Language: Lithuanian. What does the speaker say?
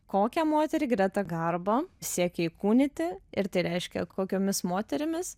kokią moterį greta garbo siekė įkūnyti ir tai reiškė kokiomis moterimis